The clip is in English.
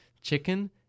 chicken